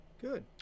Good